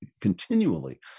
continually